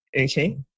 okay